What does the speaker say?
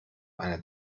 eine